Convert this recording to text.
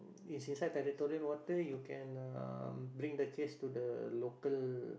it's inside territorial water you can um bring the case to the local